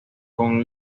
con